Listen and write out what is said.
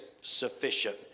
sufficient